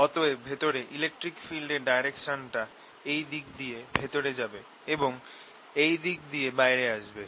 অতএব ভেতরে electric field এর ডাইরেকশনটা এই দিক দিয়ে ভেতরে যাবে এবং এই দিক দিয়ে বাইরে আসবে